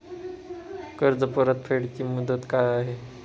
कर्ज परतफेड ची मुदत काय आहे?